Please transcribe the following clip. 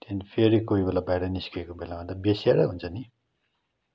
त्यहाँदेखि फेरि कोही बेला बाहिर निस्केको बेलामा त बेस्याहारै हुन्छ नि